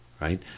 Right